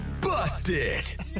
busted